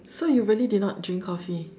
so you really did not drink Coffee